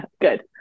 Good